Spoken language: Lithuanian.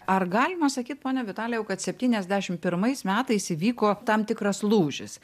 ar galima sakyt pone vitalijau kad septyniasdešimt pirmais metais įvyko tam tikras lūžis